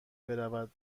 برود